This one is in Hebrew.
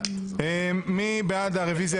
מי בעד הרביזיה?